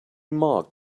marked